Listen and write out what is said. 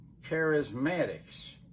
charismatics